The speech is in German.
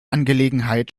angelegenheit